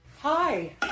Hi